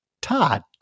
Todd